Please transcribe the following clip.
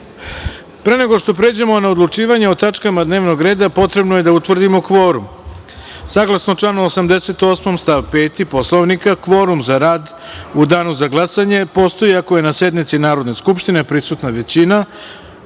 nego što pređemo na odlučivanje o tačkama dnevnog reda, potrebno je da utvrdimo kvorum. Saglasno članu 88. stav 5. Poslovnika, kvorum za rad u Danu za glasanje postoji ako je na sednici Narodne skupštine prisutna većina